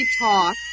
talk